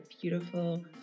beautiful